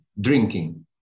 drinking